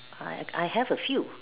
I I have a few